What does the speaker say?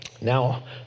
Now